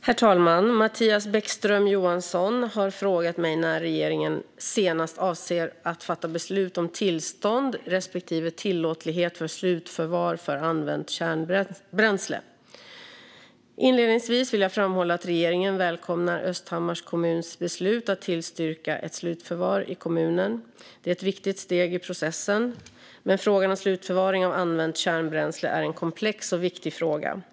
Herr talman! Mattias Bäckström Johansson har frågat mig när regeringen senast avser att fatta beslut om tillstånd respektive tillåtlighet för slutförvar för använt kärnbränsle. Inledningsvis vill jag framhålla att regeringen välkomnar Östhammars kommuns beslut att tillstyrka ett slutförvar i kommunen. Det är ett viktigt steg i processen, men frågan om slutförvaring av använt kärnbränsle är en komplex och viktig fråga.